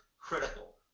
critical